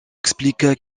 expliqua